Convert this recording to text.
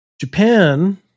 Japan